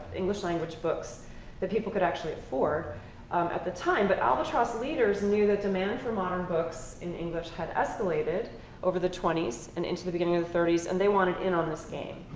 english language books that people could actually afford at the time. but albatross leaders knew that demand for modern books in english had escalated over the twenty s so and into the beginning of the thirty s, and they wanted in on this game.